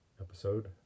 episode